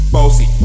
Bossy